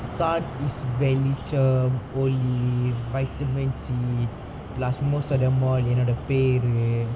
sad is வெளிச்சம் ஒளி:velicham oli vitamin C plus most of the mall என்னோட பேரு:ennoda peru